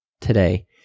today